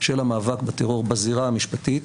של המאבק בטרור בזירה המשפטית,